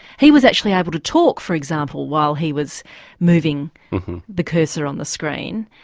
he was actually able to talk for example while he was moving the cursor on the screen,